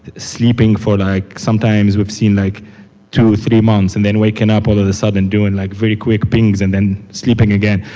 sleeping for like sometimes we've seen like two or three months and then waking up all of a sudden and doing like pretty quick pings and then sleeping again.